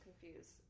confused